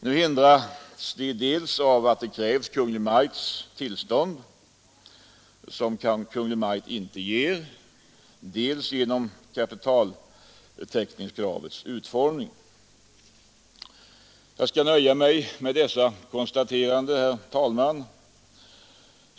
Nu hindras vi dels av att det krävs Kungl. Maj:ts tillstånd, som Kungl. Maj:t inte ger, dels genom kapitaltäckningskravets utformning Jag skall just nu nöja mig med dessa konstateranden, fru talman.